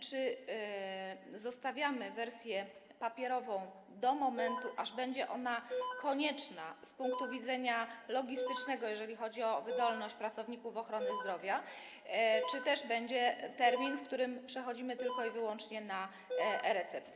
Czy zostawiamy wersję papierową do momentu, aż będzie ona konieczna z punktu widzenia logistycznego, jeżeli chodzi o wydolność pracowników ochrony zdrowia, czy też będzie termin, w którym przechodzimy tylko i wyłącznie na e-recepty?